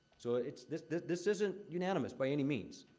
so, it's this this isn't unanimous, by any means.